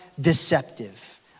deceptive